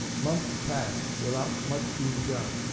months passed without much being done,